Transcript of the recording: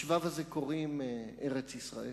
לשבב הזה קוראים "ארץ-ישראל".